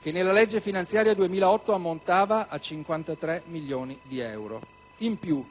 che, nella legge finanziaria 2008, ammontava a 53 milioni di euro. In più,